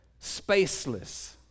spaceless